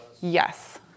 Yes